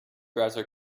browser